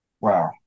wow